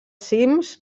cims